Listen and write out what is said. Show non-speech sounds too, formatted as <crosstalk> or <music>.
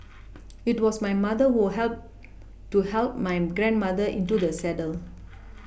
<noise> <noise> it was my mother who help to help my grandmother into the saddle <noise>